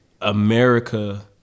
America